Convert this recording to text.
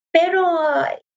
Pero